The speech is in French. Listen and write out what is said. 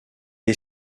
est